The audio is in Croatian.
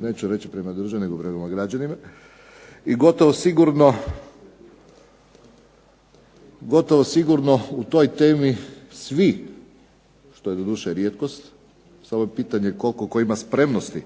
neću reći prema državi nego prema građanima i gotovo sigurno u toj temi svi što je doduše rijetkost, samo je pitanje koliko tko ima spremnosti